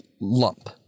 lump